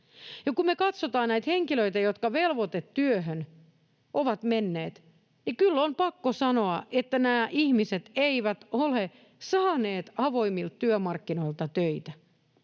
Kun me katsotaan näitä henkilöitä, jotka velvoitetyöhön ovat menneet, niin kyllä on pakko sanoa, että nämä ihmiset eivät ole saaneet avoimilta työmarkkinoilta töitä.